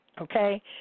okay